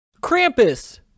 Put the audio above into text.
Krampus